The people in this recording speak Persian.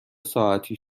ساعتی